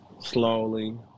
slowly